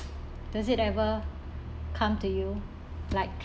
does it ever come to you like